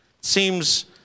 Seems